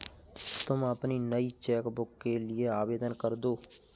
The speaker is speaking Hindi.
तुम अपनी नई चेक बुक के लिए आवेदन करदो